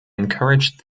encouraged